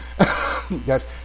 Yes